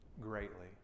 greatly